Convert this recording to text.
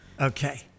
okay